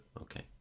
okay